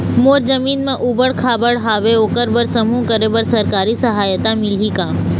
मोर जमीन म ऊबड़ खाबड़ हावे ओकर बर समूह करे बर सरकारी सहायता मिलही का?